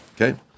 Okay